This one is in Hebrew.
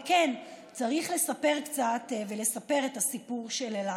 וכן, צריך לספר קצת את הסיפור של אילת.